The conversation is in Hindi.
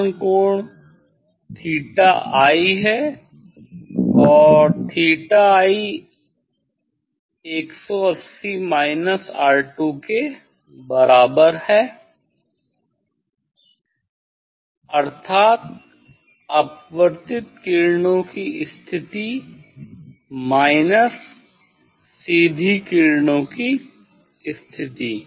आपतन कोण थीटा आई है थीटा आई के बराबर है अर्थात अपवर्तित किरणों की स्थिति माइनस सीधी किरणों की स्थिति